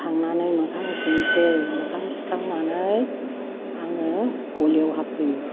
थांनानै मोखां सुनोसै मोखां सुखांनानै आङो गलियाव हाबफैयो